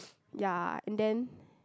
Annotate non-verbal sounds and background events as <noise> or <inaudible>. <noise> ya and then